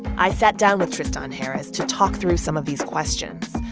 i sat down with tristan harris to talk through some of these questions.